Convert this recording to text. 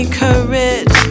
courage